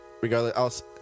regardless